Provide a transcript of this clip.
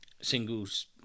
singles